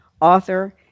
author